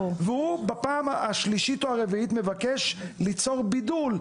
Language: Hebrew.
הוא בפעם השלישית או הרביעית מבקש ליצור בידול.